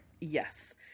Yes